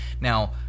Now